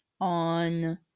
on